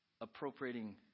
appropriating